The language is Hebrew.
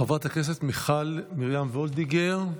חברת הכנסת מיכל מרים וולדיגר,